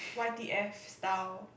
y_t_f style